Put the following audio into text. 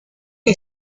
que